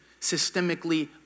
systemically